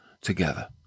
together